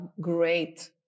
great